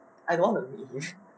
I don't want to meet him